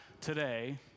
Today